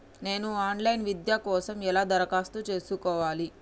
నేను online విద్య కోసం ఎలా దరఖాస్తు చేసుకోవాలి?